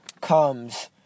comes